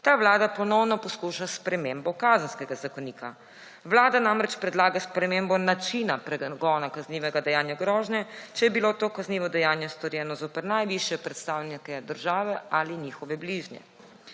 ta vlada ponovno poskuša s spremembo Kazenskega zakonika. Vlada namreč predlaga spremembo načina pregona kaznivega dejanja grožnje, če je bilo to kaznivo dejanje storjeno zoper najvišje predstavnike države ali njihove bližnje.